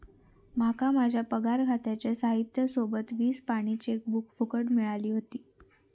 माका माझ्या पगार खात्याच्या साहित्या सोबत वीस पानी चेकबुक फुकट मिळाली व्हती